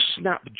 snap